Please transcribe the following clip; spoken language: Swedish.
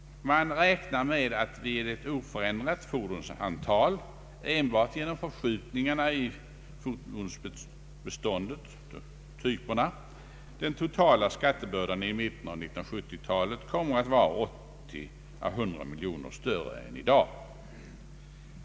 Man räknar med att vid oförändrat fordonsantal enbart genom förskjutningarna i fordonsbeståndet den totala skattebördan i mitten av 1970-talet kommer att vara 80 å 100 miljoner större än i dag.